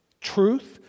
truth